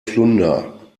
flunder